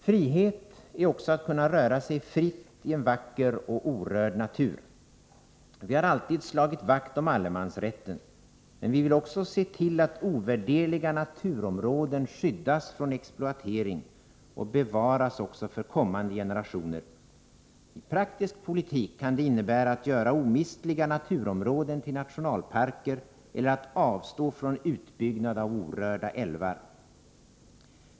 Frihet är också att kunna röra sig fritt i en vacker och orörd natur. Vi har alltid slagit vakt om allemansrätten. Men vi vill även se till att ovärderliga naturområden skyddas från exploatering och bevaras också för kommande generationer. I praktisk politik kan det innebära att man gör omistliga naturområden till nationalparker eller att man avstår från utbyggnad av orörda älvar.